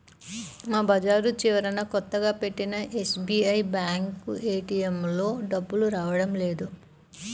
మా బజారు చివరన కొత్తగా పెట్టిన ఎస్బీఐ బ్యేంకు ఏటీఎంలో డబ్బులు రావడం లేదు